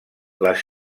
les